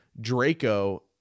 draco